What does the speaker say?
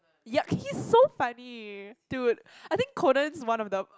ya he is so funny dude I think Conan is one of the